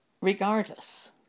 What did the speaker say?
regardless